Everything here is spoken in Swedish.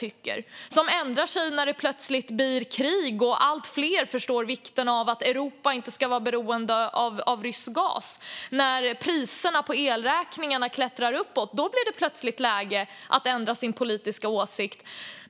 De ändrar sig när det plötsligt blir krig och allt fler förstår vikten av att Europa inte ska vara beroende av rysk gas. När priserna på elräkningarna klättrar uppåt - då blir det plötsligt läge att ändra sin politiska åsikt.